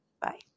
Bye